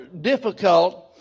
difficult